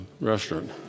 restaurant